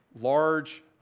large